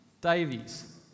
Davies